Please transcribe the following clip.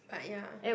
but ya